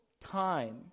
time